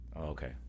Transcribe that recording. okay